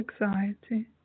anxiety